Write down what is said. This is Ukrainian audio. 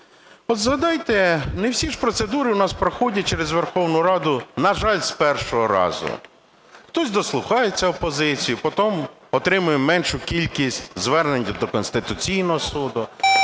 От згадайте, не всі ж процедури у нас проходять через Верховну Раду, на жаль, з першого разу. Хтось дослухається опозиції - потім отримує меншу кількість звернень від Конституційного Суду.